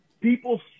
people